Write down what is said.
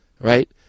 right